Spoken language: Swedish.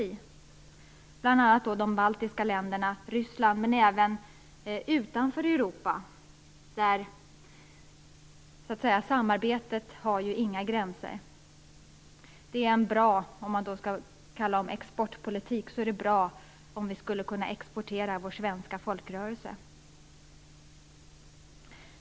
Det gäller bl.a. de baltiska länderna och Ryssland men även länder utanför Europa. Samarbetet har inga gränser. Om man kan tala om exportpolitik i dessa sammanhang så är det bra om vi skulle kunna exportera vår svenska folkrörelse.